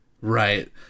Right